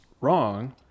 wrong